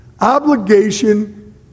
Obligation